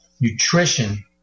Nutrition